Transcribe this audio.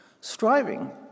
Striving